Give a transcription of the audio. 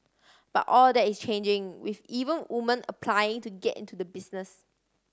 but all that is changing with even women applying to get into the business